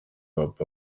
hop